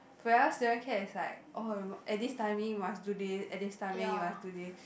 whereas student care is like oh you mu~ at this timing you must do this at this timing you must do this